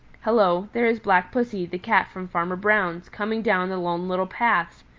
hello, there is black pussy, the cat from farmer brown's, coming down the lone little path!